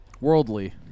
worldly